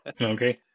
Okay